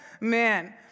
man